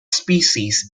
species